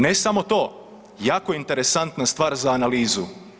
Ne samo to, jako interesantna stvar za analizu.